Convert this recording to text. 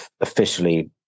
officially